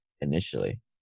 initially